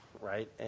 right